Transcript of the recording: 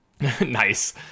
Nice